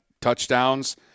touchdowns